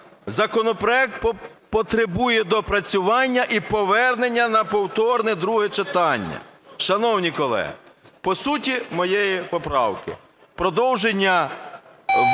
законопроект потребує доопрацювання і повернення на повторне друге читання. Шановні колеги, по суті моєї поправки. В продовження виступу